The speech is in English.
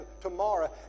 tomorrow